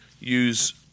use